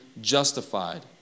justified